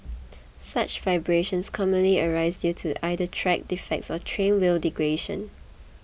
such vibrations commonly arise due to either track defects or train wheel degradation